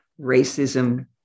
racism